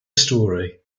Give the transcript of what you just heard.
storey